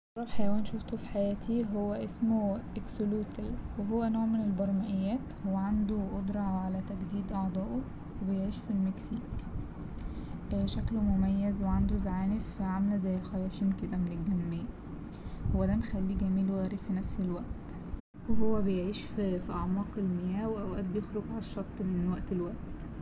أغرب حيوان شوفته في حياتي هو اسمه اكسلوتل وهو نوع من البرمئيات هو عنده قدرة على تجديد أعضاؤه وبيعيش في المكسيك شكله مميز وعنده زعانف عامله زي الخياشيم كده من الجنبين هو ده مخليه جميل وغريب في نفس الوقت وهو بيعيش في أعماق المياه وأوقات بيخرج على الشط من وقت لوقت.